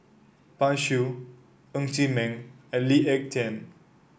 Pan Shou Ng Chee Meng and Lee Ek Tieng